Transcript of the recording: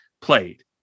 played